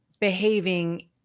behaving